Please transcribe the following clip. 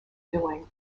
doing